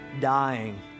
dying